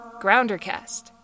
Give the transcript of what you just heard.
GrounderCast